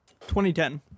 2010